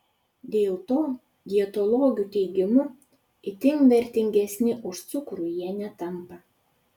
dėl to dietologių teigimu itin vertingesni už cukrų jie netampa